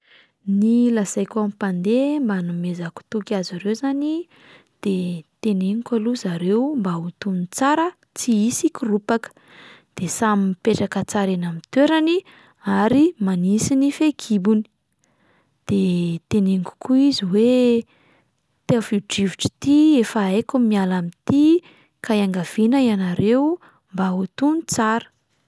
Ny lazaiko amin'ny mpandeha mba hanomezako toky azy ireo izany de teneniko aloha zareo mba ho tony tsara tsy hisy hikoropaka, de samy mipetraka tsara eny amin'ny toerany ary manisy ny fehikibony, de teneniko koa izy hoe: "tafio-drivotra ity efa haiko ny miala amin'ity ka iangaviana ianareo lba ho tony tsara".